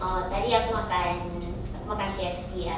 oh tadi aku makan aku makan K_F_C ah